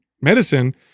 medicine